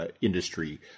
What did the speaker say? industry